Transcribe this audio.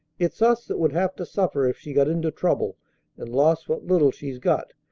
it's us that would have to suffer if she got into trouble and lost what little she's got,